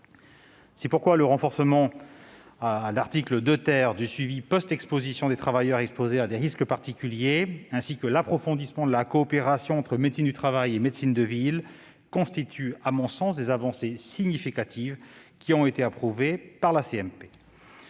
C'est pourquoi le renforcement, à l'article 2 , du suivi post-exposition des travailleurs exposés à des risques particuliers, ainsi que l'approfondissement de la coopération entre la médecine du travail et la médecine de ville constituent, à mon sens, des avancées significatives qui ont été approuvées par la